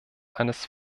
eines